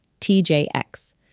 TJX